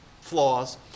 flaws